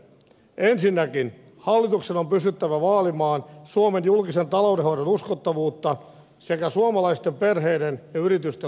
ensinnäkin hallituksen on pystyttävä vaalimaan suomen julkisen taloudenhoidon uskottavuutta sekä suomalaisten perheiden ja yritysten luottamusta tulevaan